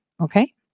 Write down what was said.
Okay